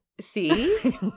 See